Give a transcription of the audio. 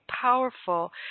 powerful